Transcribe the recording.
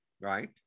right